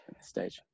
stage